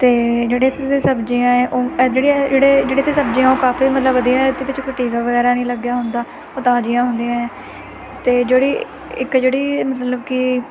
ਅਤੇ ਜਿਹੜੇ ਇੱਥੇ ਦੀ ਸਬਜ਼ੀਆਂ ਏ ਉਹ ਜਿਹੜੀਆਂ ਜਿਹੜੇ ਜਿਹੜੇ ਇੱਥੇ ਸਬਜ਼ੀਆਂ ਉਹ ਕਾਫੀ ਮਤਲਬ ਵਧੀਆ ਹੈ ਇਹਦੇ ਵਿੱਚ ਕੋਈ ਟੀਕਾ ਵਗੈਰਾ ਨਹੀਂ ਲੱਗਿਆ ਹੁੰਦਾ ਉਹ ਤਾਜ਼ੀਆਂ ਹੁੰਦੀਆਂ ਹੈ ਅਤੇ ਜਿਹੜੀ ਇੱਕ ਜਿਹੜੀ ਮਤਲਬ ਕਿ